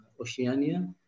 Oceania